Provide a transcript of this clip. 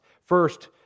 first